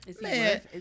man